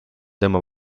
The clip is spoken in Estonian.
tema